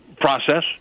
process